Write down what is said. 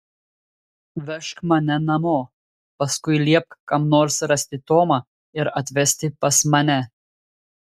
vežk mane namo paskui liepk kam nors rasti tomą ir atvesti pas mane